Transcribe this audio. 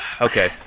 Okay